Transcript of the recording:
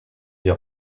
des